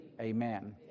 Amen